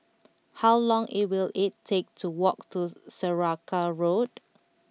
how long it will it take to walk to Saraca Road